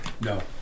No